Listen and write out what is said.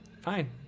fine